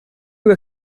were